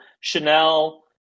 Chanel